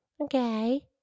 Okay